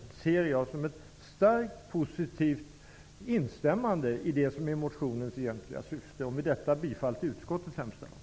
Det ser jag som ett starkt positivt instämmande i det som är motionens egentliga syfte. Med detta yrkar jag bifall till utskottets hemställan.